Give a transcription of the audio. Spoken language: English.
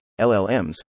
LLMs